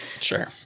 Sure